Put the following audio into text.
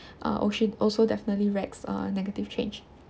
uh als~ also definitely wrecks uh negative change